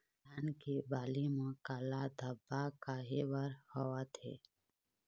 धान के बाली म काला धब्बा काहे बर होवथे?